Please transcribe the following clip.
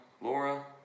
Laura